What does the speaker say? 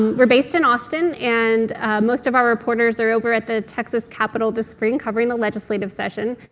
we're based in austin, and most of our reporters are over at the texas capital this spring covering the legislative session.